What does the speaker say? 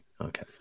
okay